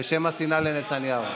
בשם השנאה לנתניהו.